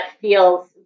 feels